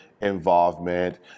involvement